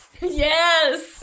yes